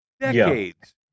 decades